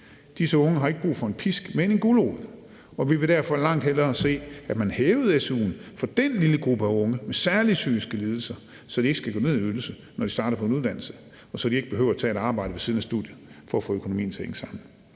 Disse unge har ikke brug for en pisk, men en gulerod, og vi ville derfor langt hellere se, at man hævede su'en for den lille gruppe af unge med særlige psykiske lidelser, så de ikke skal gå ned i ydelse, når de starter på en uddannelse, og så de ikke behøver at tage et arbejde ved siden af studiet for at få økonomien til at hænge sammen.